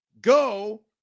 go